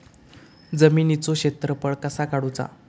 जमिनीचो क्षेत्रफळ कसा काढुचा?